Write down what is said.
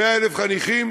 100,000 חניכים,